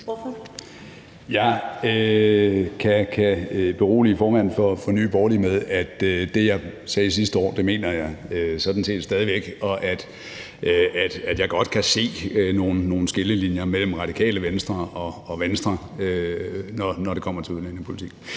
Jeg kan berolige formanden for Nye Borgerlige med, at det, jeg sagde sidste år, mener jeg sådan set stadig væk, og at jeg godt kan se nogle skillelinjer mellem Radikale Venstre og Venstre, når det kommer til udlændingepolitikken.